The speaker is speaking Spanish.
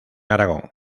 aragón